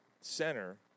center